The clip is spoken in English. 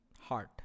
heart